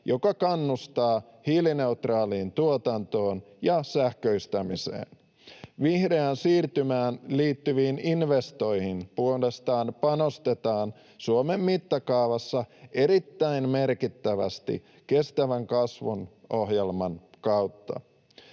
joka kannustaa hiilineutraaliin tuotantoon ja sähköistämiseen. Vihreään siirtymään liittyviin investointeihin puolestaan panostetaan Suomen mittakaavassa erittäin merkittävästi kestävän kasvun ohjelman kautta.